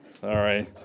Sorry